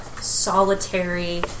solitary